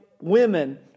women